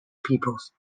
peoples